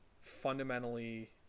fundamentally